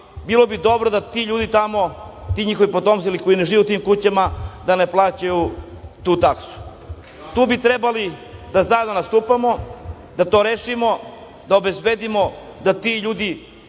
bilo bi dobro da ti ljudi tamo ti, njihovi potomci koji ne žive u tim kućama, da ne plaćaju tu taksu. Tu bi trebali da zajedno nastupamo da to rešimo, da obezbedimo da ti ljudi